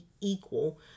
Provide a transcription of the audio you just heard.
equal